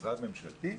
במשרד ממשלתי.